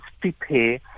prepare